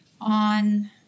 on